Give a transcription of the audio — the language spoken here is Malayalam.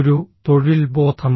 ഒരു തൊഴിൽബോധം